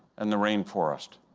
and the rainforest.